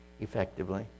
effectively